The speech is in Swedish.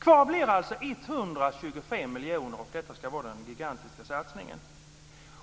Kvar blir alltså 125 miljoner, och detta ska vara den gigantiska satsningen.